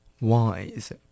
Wise